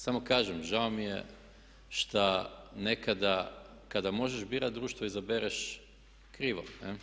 Samo kažem, žao mi je šta nekada kada možeš birati društvo izabereš krivo.